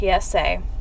PSA